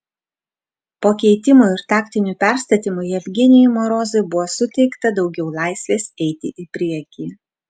po keitimų ir taktinių perstatymų jevgenijui morozui buvo suteikta daugiau laisvės eiti į priekį